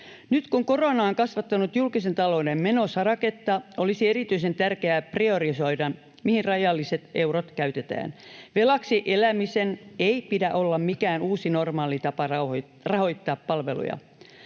Nyt kun korona on kasvattanut julkisen talouden menosaraketta, olisi erityisen tärkeää priorisoida, mihin rajalliset eurot käytetään. Velaksi elämisen ei pidä olla mikään uusi normaali tapa rahoittaa palveluja.